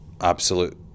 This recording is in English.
absolute